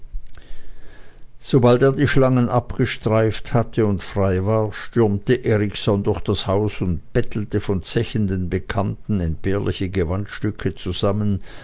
sobald er die schlangen abgestreift hatte und frei war stürmte erikson durch das haus und bettelte von zechenden bekannten entbehrliche gewandstücke zusammen